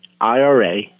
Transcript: IRA